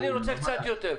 אני רוצה קצת יותר.